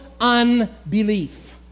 unbelief